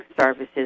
services